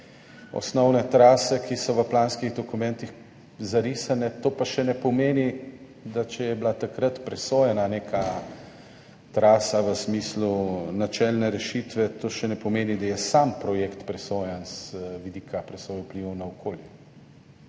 osnovne trase, ki so zarisane v planskih dokumentih, to pa še ne pomeni, da če je bila takrat presojena neka trasa v smislu načelne rešitve, to še ne pomeni, da je sam projekt presojan z vidika presoje vplivov na okolje,